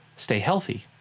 stay healthy,